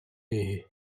үһү